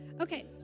Okay